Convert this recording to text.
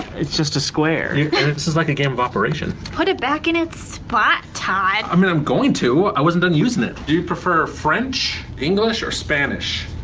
it's just a square. you're and it's just like a game operation. put it back in it's spot, todd! i mean i'm going to i wasn't done using it! do you prefer french, english, or spanish?